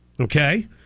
Okay